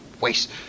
waste